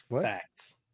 Facts